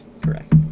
Correct